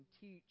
teach